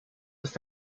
ist